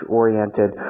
oriented